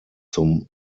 zum